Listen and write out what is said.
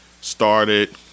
started